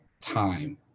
time